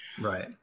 Right